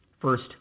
first